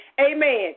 amen